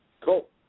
cool